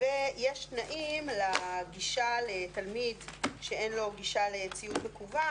ויש תנאים לגישה לתלמיד שאין לו גישה לציוד מקוון.